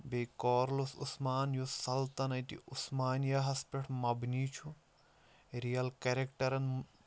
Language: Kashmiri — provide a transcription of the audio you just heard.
بیٚیہِ کارلُس عثمان یُس سلطنَتہِ عُثمانیاہَس پٮ۪ٹھ مَبنی چھُ رِیَل کیٚریٚکٹَرَن